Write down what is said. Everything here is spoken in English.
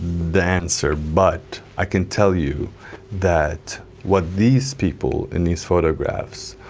the answer, but i can tell you that what these people in these photographs,